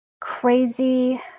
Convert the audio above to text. crazy